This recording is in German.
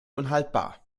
unhaltbar